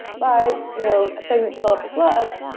by you know thing that developers love,